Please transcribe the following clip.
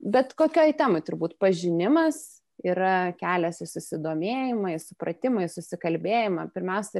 bet kokioj temoj turbūt pažinimas yra kelias į susidomėjimą į supratimą į susikalbėjimą pirmiausiai